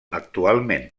actualment